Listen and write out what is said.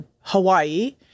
Hawaii